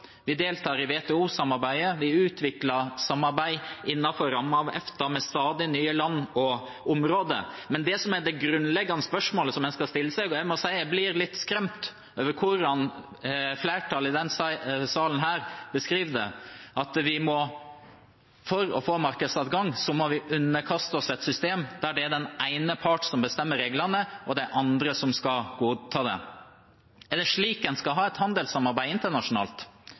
Vi deltar i WTO-samarbeidet, og vi utvikler samarbeid innenfor rammen av EFTA med stadig nye land og områder. Men det grunnleggende spørsmålet en må stille seg, er om vi for å få markedsadgang må underkaste oss et system der det er den ene parten som bestemmer reglene, og den andre som skal godta dem. Jeg må si jeg er litt skremt over hvordan flertallet i denne salen beskriver det. Er det slik en skal ha et handelssamarbeid internasjonalt?